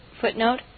Footnote